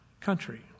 country